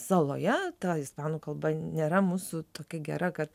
saloje ta ispanų kalba nėra mūsų tokia gera kad